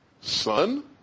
Son